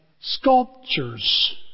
sculptures